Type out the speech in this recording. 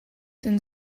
den